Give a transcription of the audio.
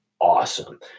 awesome